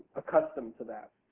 accustomed to that.